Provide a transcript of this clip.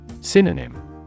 Synonym